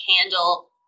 handle